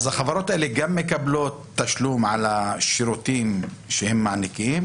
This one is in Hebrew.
החברות האלה גם מקבלות תשלום על השירותים שהן מעניקות,